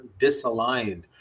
disaligned